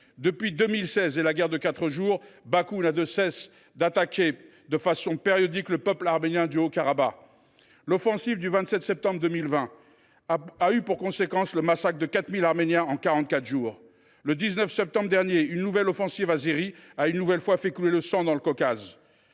Depuis 2016 et la guerre des Quatre jours, Bakou n’a de cesse d’attaquer de façon périodique le peuple arménien du Haut Karabagh. L’offensive du 27 septembre 2020 a eu pour conséquence le massacre de 4 000 Arméniens en quarante quatre jours. Le 19 septembre dernier, une nouvelle offensive azérie a une nouvelle fois fait couler le sang dans le Caucase.